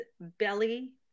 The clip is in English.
belly